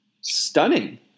stunning